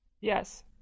Yes